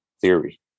theory